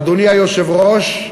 אדוני היושב-ראש,